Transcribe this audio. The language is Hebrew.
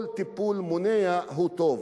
כל טיפול מונע הוא טוב,